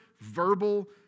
verbal